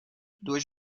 doit